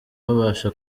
babasha